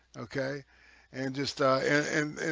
okay and just and